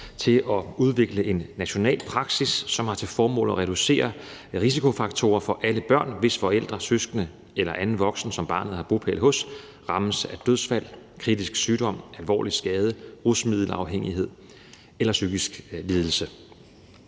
til at udvikle en national praksis, som har til formål at reducere risikofaktorer for alle børn, hvis forældre, søskende eller en anden voksen, som barnet har bopæl hos, rammes af et dødsfald, kritisk sygdom, alvorlig skade, rusmiddelafhængighed eller en psykisk lidelse.